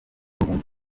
n’ubumwe